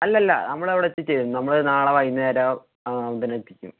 അല്ലല്ല നമ്മൾ അവിടെ എത്തിച്ചുതരും നമ്മള് നാളെ വൈകുന്നേരം തന്നെ എത്തിക്കും